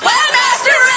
Webmaster